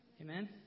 Amen